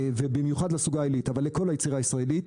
ובמיוחד לסוגה העילית אבל לכל היצירה הישראלית,